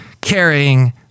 carrying